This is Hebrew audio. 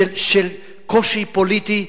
של קושי פוליטי,